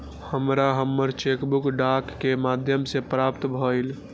हमरा हमर cheque book डाक के माध्यम से प्राप्त भईल